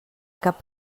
cap